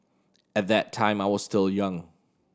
at that time I was still young